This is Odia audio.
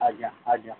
ଆଜ୍ଞା ଆଜ୍ଞା